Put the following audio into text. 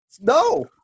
no